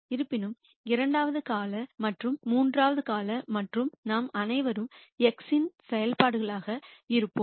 இருப்பினும் இரண்டாவது கால மற்றும் மூன்றாவது கால மற்றும் நாம் அனைவரும் x இன் செயல்பாடுகளாக இருப்போம்